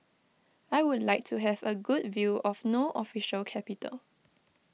I would like to have a good view of No Official Capital